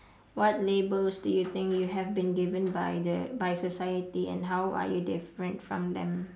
what labels do you think you have you been given by the by society and how are you different from them